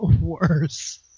worse